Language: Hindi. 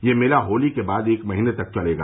यह मेला होली के बाद एक महीने तक चलेगा